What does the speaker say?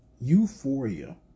Euphoria